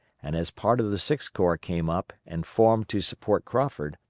and as part of the sixth corps came up and formed to support crawford,